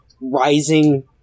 rising